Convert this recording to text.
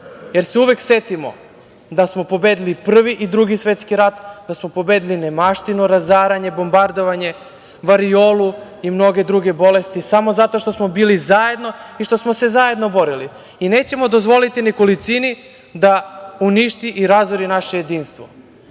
jer se uvek setimo da smo pobedili i Prvi i Drugi svetski rat, da smo pobedili nemaštinu, razaranje, bombardovanje, variolu i mnoge druge bolesti samo zato što smo bili zajedno i što smo se zajedno borili, i nećemo dozvoliti nekolicini da uništi i razori naše jedinstvo. Ja